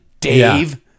dave